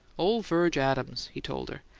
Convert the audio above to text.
ole virg adams, he told her.